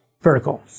vertical